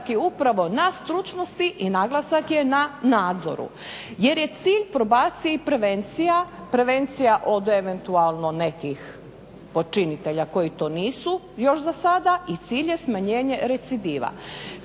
je upravo na stručnosti i naglasak je na nadzoru jer je cilj probaciji prevencija, prevencija od eventualno nekih počinitelja koji to nisu još za sada i cilj je smanjenje recidiva.